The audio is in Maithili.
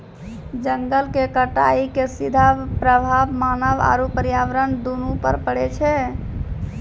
जंगल के कटाइ के सीधा प्रभाव मानव आरू पर्यावरण दूनू पर पड़ै छै